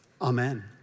Amen